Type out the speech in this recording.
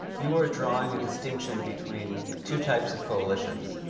you are drawing a distinction between two types of coalitions.